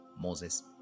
Moses